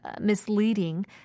misleading